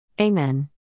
Amen